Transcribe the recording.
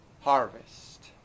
harvest